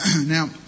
now